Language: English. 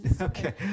okay